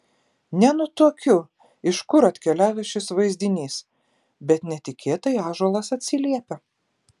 nenutuokiu iš kur atkeliavęs šis vaizdinys bet netikėtai ąžuolas atsiliepia